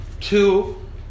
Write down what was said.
two